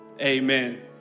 Amen